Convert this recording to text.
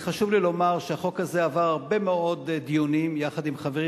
חשוב לי לומר שהחוק הזה עבר הרבה מאוד דיונים יחד עם חברי,